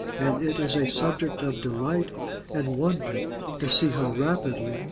and it is a subject of delight and wonder to see how rapidly,